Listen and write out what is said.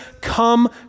come